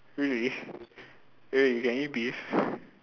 really really you can eat beef